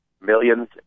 millions